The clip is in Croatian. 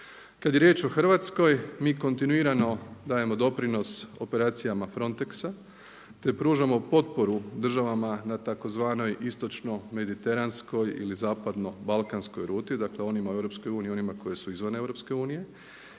Kad je riječ o Hrvatskoj mi kontinuirano dajemo doprinos operacijama Frontex-a te pružamo potporu državama na tzv. istočno-mediteranskoj ili zapadno-balkanskoj ruti, dakle onima u EU i onima koji su izvan EU i